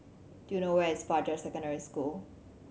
do you know where is Fajar Secondary School